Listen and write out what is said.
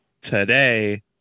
today